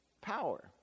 power